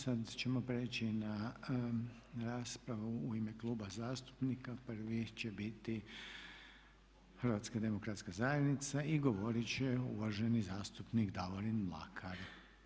Sada ćemo prijeći na raspravu i ime Kluba zastupnika, prvi će biti Hrvatska demokratska zajednica i govoriti će uvaženi zastupnik Davorin Mlakar.